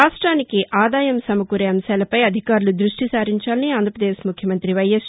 రాష్టానికి అదాయం సమకూరే అంశాలపై అధికారులు దృష్టిసారించాలని అంధ్రపదేశ్ ముఖ్యమంగ్రి వైఎస్